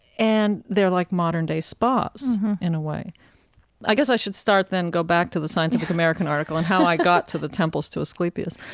and they're like modern-day spas in a way i guess i should start then, go back to the scientific americanarticle on how i got to the temples to asclepius.